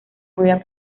podría